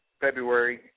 February